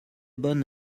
bonne